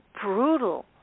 brutal